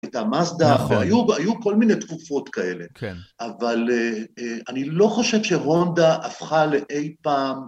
היתה מזדה והיו כל מיני תקופות כאלה, אבל אני לא חושב שרונדה הפכה לאי פעם